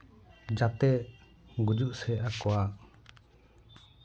ᱡᱟᱛᱮ ᱜᱩᱡᱩᱜ ᱥᱮᱫ ᱟᱠᱚᱣᱟᱜ